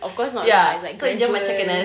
of course not lah it's like gradual